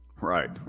Right